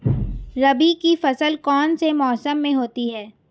रबी की फसल कौन से मौसम में होती है?